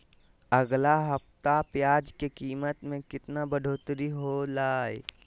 अगला सप्ताह प्याज के कीमत में कितना बढ़ोतरी होलाय?